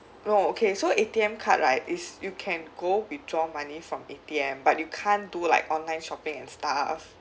no okay so A_T_M card right is you can go withdraw money from A_T_M but you can't do like online shopping and stuff